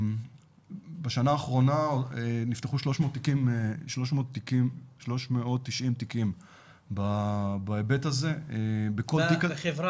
בשנה האחרונה נפתחו 390 תיקים בהיבט הזה בחברה